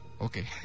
Okay